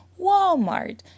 Walmart